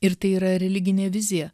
ir tai yra religinė vizija